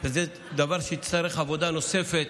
שזה דבר שיצריך עבודה נוספת.